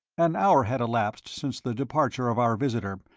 an hour had elapsed since the departure of our visitor,